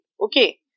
Okay